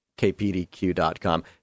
kpdq.com